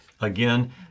again